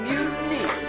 Mutiny